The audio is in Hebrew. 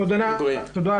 תודה,